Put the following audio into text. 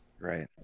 Right